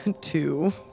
Two